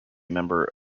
member